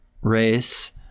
race